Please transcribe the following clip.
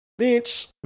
bitch